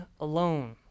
alone